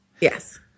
yes